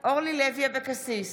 אורלי לוי אבקסיס,